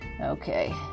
Okay